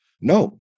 No